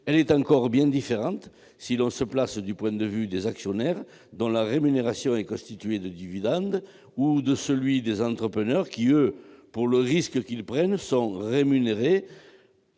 elle est encore bien différente selon que l'on se place du point de vue des actionnaires, dont la rémunération est constituée de dividendes, ou de celui des entrepreneurs, qui sont rémunérés pour le risque qu'ils prennent par